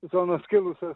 zonos kilusios